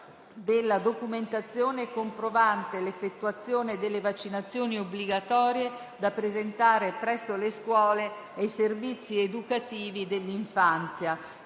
della documentazione comprovante l'effettuazione delle vaccinazioni obbligatorie, da presentare presso le scuole e i servizi educativi dell'infanzia.